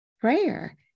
prayer